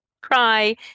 cry